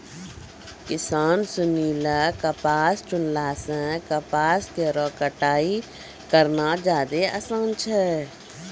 किसान सिनी ल कपास चुनला सें कपास केरो कटाई करना जादे आसान छै